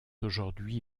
aujourd’hui